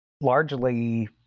largely